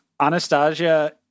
Anastasia